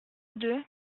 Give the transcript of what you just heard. deux